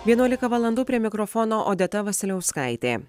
vienuolika valandų prie mikrofono odeta vasiliauskaitė